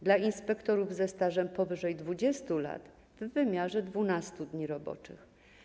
Dla inspektorów ze stażem powyżej 20 lat - w wymiarze 12 dni roboczych.